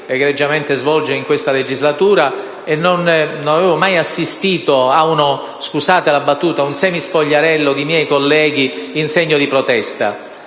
egregiamente svolgendo in questa legislatura e devo dire che non ho mai assistito - scusate la battuta - ad un semispogliarello di miei colleghi in segno di protesta.